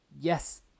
Yes